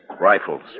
Rifles